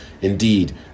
Indeed